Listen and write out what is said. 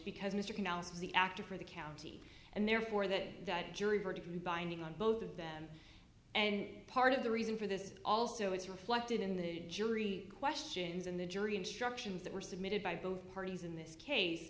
is the actor for the county and therefore that that jury verdict be binding on both of them and part of the reason for this also is reflected in the jury questions in the jury instructions that were submitted by both parties in this case